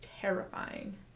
terrifying